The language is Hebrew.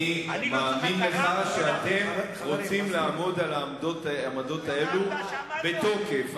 אני מאמין לך שאתם רוצים לעמוד על העמדות האלה בתוקף.